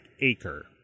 acre